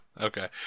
Okay